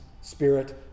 spirit